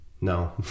No